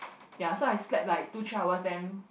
ya so I slept like two three hours then